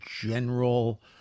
general